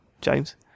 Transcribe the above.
James